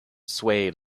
swayed